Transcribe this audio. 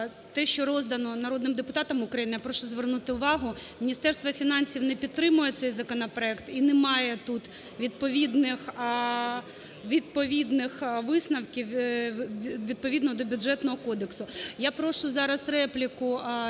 Те, що роздано народним депутатам України, я прошу звернути увагу, Міністерство фінансів не підтримує цей законопроект і немає тут відповідних висновків відповідно до Бюджетного кодексу. Я прошу зараз репліку,